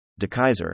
DeKaiser